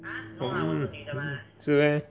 mm mm 是 meh